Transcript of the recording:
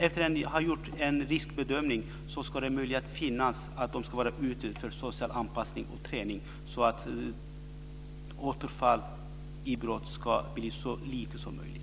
Efter det att en riskbedömning gjorts ska möjligheten finnas för dessa människor att vara ute i samhället för social anpassning och träning så att antalet återfall i brott blir så litet som möjligt.